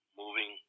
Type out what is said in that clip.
moving